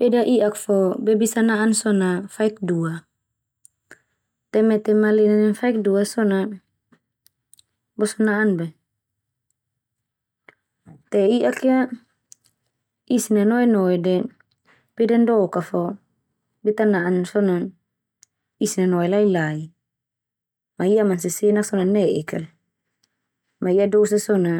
Peda i'ak fo be bisa na'an so na faik dua. Te mete ma lena nem faik dua so na boso na'an bai. Te i'ak ia isi na noe-noe de pedan dok a fo beta na'an so na isi na noe lai-lai ma i'a mansesenak so na ne'ek kal ma i'a dosa so na